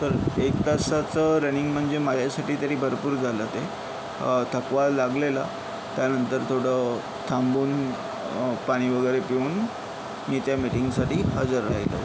तर एक तासाचं रनिंग म्हणजे माझ्यासाठी तरी भरपूर झालं ते थकवा लागलेला त्यानंतर थोडं थांबून पाणी वगैरे पिऊन मी त्या मीटिंगसाठी हजर राहिलो होतो